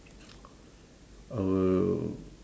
I will